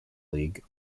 league